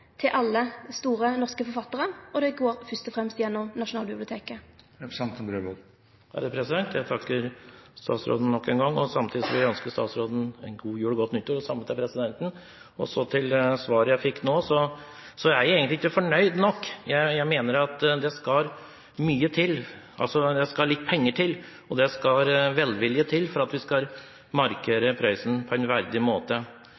til. Staten sitt engasjement er breitt for alle store norske forfattarar, og det går fyrst og fremst gjennom Nasjonalbiblioteket. Jeg takker statsråden nok en gang og vil samtidig ønske statsråden god jul og godt nytt år – og det samme til presidenten. Til det svaret jeg fikk nå: Jeg er egentlig ikke fornøyd nok. Jeg mener at det skal litt penger og velvilje til for å markere Prøysen på en verdig måte. Vi